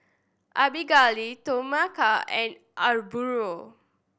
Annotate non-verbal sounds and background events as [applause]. Abigale Tomeka and [unintelligible]